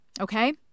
Okay